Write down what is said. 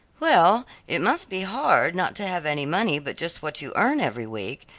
well, it must be hard not to have any money but just what you earn every week,